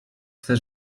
swe